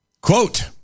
Quote